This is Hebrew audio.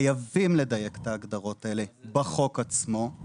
חייבים לדייק את ההגדרות האלה בחוק עצמו.